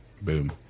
boom –